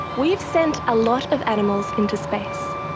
we've sent a lot of animals into space.